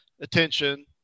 attention